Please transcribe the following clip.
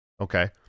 Okay